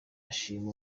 ashima